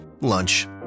lunch